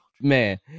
Man